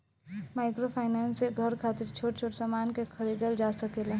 microfinance से घर खातिर छोट छोट सामान के खरीदल जा सकेला